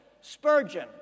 Spurgeon